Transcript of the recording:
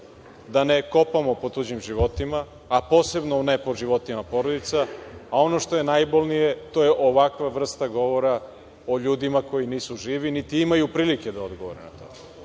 da ne kopamo po tuđim životima, a posebno ne po životima porodica. Ono što je najbolnije, to je ovakva vrsta govora o ljudima koji nisu živi niti imaju prilike da odgovore na to.